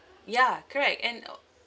ya correct and uh